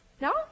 No